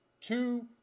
two